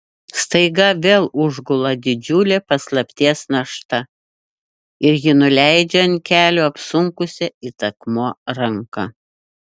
staiga vėl užgula didžiulė paslapties našta ir ji nuleidžia ant kelių apsunkusią it akmuo ranką